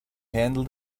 handle